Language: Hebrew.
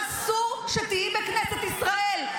אסור שתהיי בכנסת ישראל.